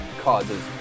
causes